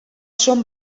són